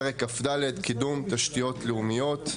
פרק כ"ד (קידום תשתיות לאומיות).